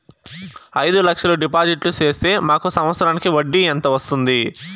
అయిదు లక్షలు డిపాజిట్లు సేస్తే మాకు సంవత్సరానికి వడ్డీ ఎంత వస్తుంది?